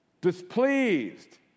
displeased